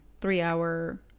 three-hour